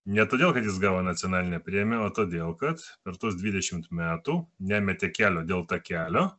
ne todėl kad jis gavo nacionalinę premiją o todėl kad per tuos dvidešimt metų nemetė kelio dėl takelio